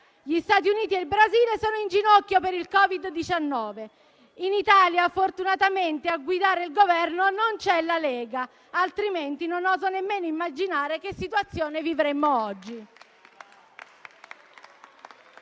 Gli Stati Uniti e il Brasile sono in ginocchio per il Covid-19. In Italia fortunatamente a guidare il Governo non c'è la Lega, altrimenti non oso nemmeno immaginare che situazione vivremmo oggi.